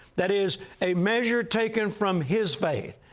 that is a measure taken from his faith.